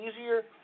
easier